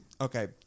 Okay